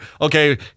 okay